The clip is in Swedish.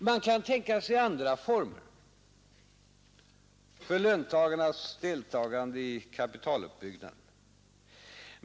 Man kan tänka sig andra former för löntagarnas deltagande i kapitaluppbyggnaden.